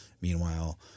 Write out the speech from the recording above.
Meanwhile